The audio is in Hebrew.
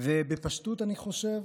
ובפשטות אני חושב